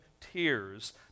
tears